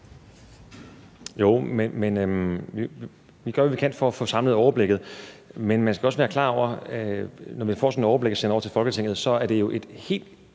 Jo, vi gør, hvad vi kan, for at få samlet overblikket, men man skal også være klar over, at når vi får sådan et overblik at sende over til Folketinget, så er der virkelig